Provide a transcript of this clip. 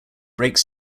breaks